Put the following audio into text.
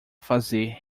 fazer